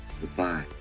Goodbye